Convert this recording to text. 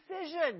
decision